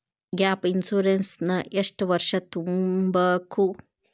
Gap insurance ನ ಎಷ್ಟ್ ವರ್ಷ ತುಂಬಕು?